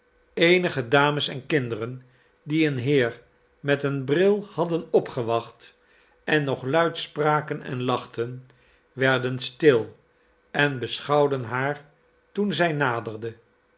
eenige dames en kinderen die een heer met een bril op hadden opgewacht en nog luid spraken en lachten werden stil en beschouwden haar toen zij naderde